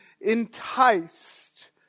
enticed